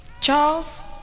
Charles